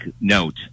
note